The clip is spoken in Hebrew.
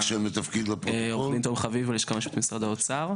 תום חביב, הלשכה המשפטית משרד האוצר.